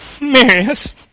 Marius